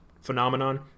phenomenon